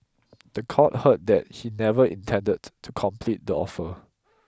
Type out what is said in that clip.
the court heard that he never intended to complete the offer